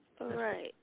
right